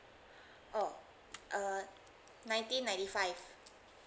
oh uh nineteen ninety five